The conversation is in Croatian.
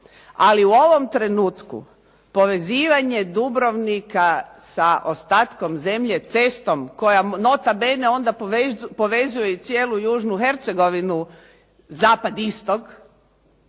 ali u ovom trenutku povezivanje Dubrovnika sa ostatkom zemlje cestom koja nota bene onda povezuje i cijelu južnu Hercegovinu zapad-istok